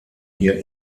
hier